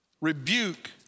Rebuke